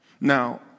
Now